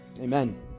Amen